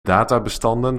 databestanden